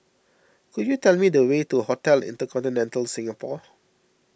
could you tell me the way to Hotel Intercontinental Singapore